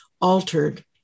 altered